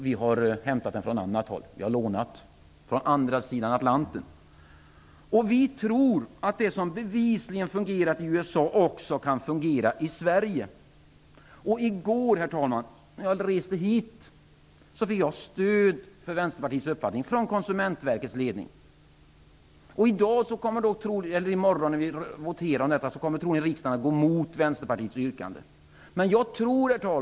Vi har lånat den från andra sidan Atlanten. Vi tror att det som bevisligen fungerar i USA också kan fungera i Sverige. I går när jag reste hit fick jag stöd för Vänsterpartiets uppfattning från Konsumentverkets ledning. I morgondagens voteringar kommer troligen riksdagen att gå emot Vänsterpartiets yrkanden.